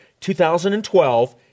2012